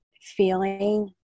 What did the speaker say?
feeling